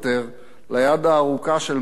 ליד הארוכה של מס הכנסה,